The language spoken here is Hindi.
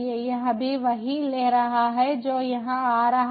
यहाँ भी वही ले रहा है जो यहाँ आ रहा है